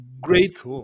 great